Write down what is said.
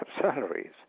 salaries